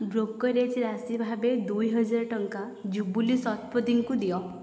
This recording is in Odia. ବ୍ରୋକରେଜ୍ ରାଶି ଭାବେ ଦୁଇହଜାର ଟଙ୍କା ଜୁବୁଲି ଶତପଥୀଙ୍କୁ ଦିଅ